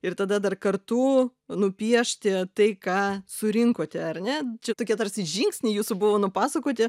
ir tada dar kartu nupiešti tai ką surinkote ar ne čia tokia tarsi žingsniai jūsų buvo nupasakoti